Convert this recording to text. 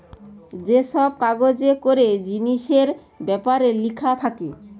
যে সব কাগজে করে জিনিসের বেপারে লিখা থাকে